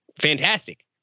fantastic